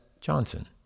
Johnson